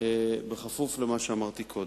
בכפוף למה שאמרתי קודם.